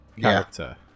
character